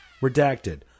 Redacted